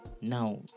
Now